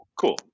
Cool